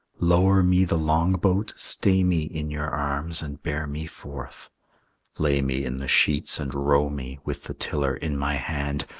lower me the long-boat, stay me in your arms, and bear me forth lay me in the sheets and row me, with the tiller in my hand,